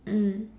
mm